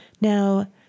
Now